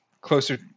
closer